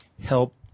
help